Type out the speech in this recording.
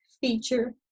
feature